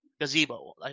gazebo